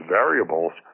variables